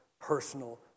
personal